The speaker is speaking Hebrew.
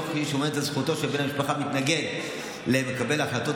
תוך שהיא שומרת על זכותו של בן משפחה המתנגד למקבל ההחלטות